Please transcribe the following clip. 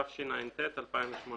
התשע"ט-2018